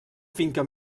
finca